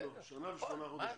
שנה ושמונה חודשים.